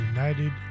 United